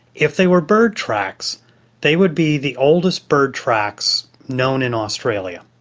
if they were bird tracks they would be the oldest bird tracks known in australia.